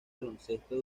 baloncesto